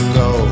go